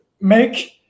make